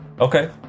Okay